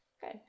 Good